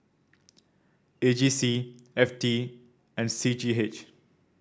A G C F T and C G H